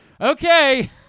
Okay